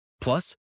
Plus